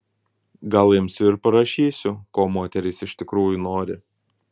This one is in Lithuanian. gal imsiu ir parašysiu ko moterys iš tikrųjų nori